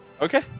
Okay